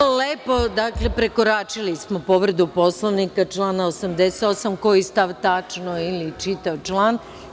Hvala lepo, prekoračili smo povredu Poslovnika člana 88, koji stav tačno ili čitav član?